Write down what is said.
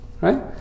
Right